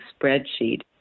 spreadsheet